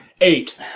Eight